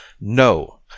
no